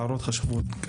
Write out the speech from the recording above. הערות חשובות.